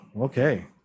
Okay